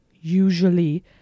usually